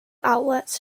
outlets